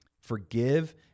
forgive